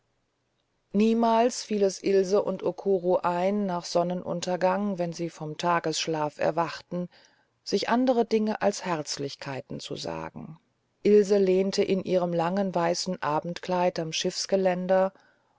niemals fiel es ilse und okuro ein nach sonnenuntergang wenn sie vom tagesschlaf erwachten sich andere dinge als herzlichkeiten zu sagen ilse lehnte in ihrem langen weißen abendkleid am